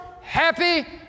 happy